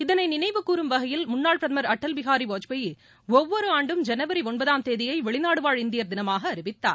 இதனை நினைவுகூறும் வகையில் முன்னாள் பிரதமர் அடவ்பிகாரி வாஜ்பாய் ஒவ்வொரு ஆண்டும் ஜனவரி ஒன்பதாம் தேதியை வெளிநாடுவாழ் இந்தியர் தினமாக அறிவித்தார்